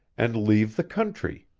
and leave the country!